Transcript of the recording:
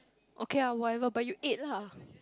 okay whatever but you add lah